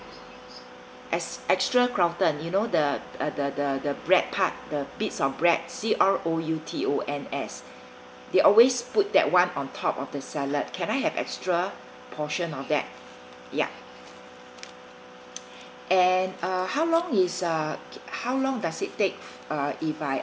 ex~ extra crouton you know the the the the the the bread part the bits of bread C_R_O_U_T_O_N_S they always put that one on top of the salad can I have extra portion of that ya and uh how long is uh how long does it take uh if I